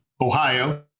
Ohio